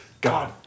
God